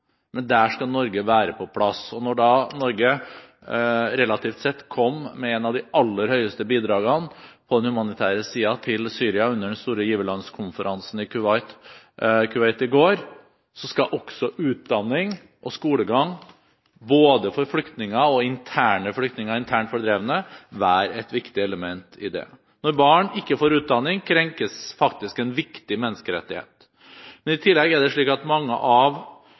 men her skal Norge være på plass. Norge kom, relativt sett, med et av de aller største humanitære bidragene til Syria under den store giverlandskonferansen i Kuwait i går. Utdanning og skolegang både for flyktninger og for internt fordrevne skal være et viktig element i det. Når barn ikke får utdanning, krenkes en viktig menneskerettighet. Men i tillegg er det slik at mange av